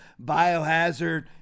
biohazard